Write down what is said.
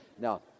Now